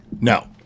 No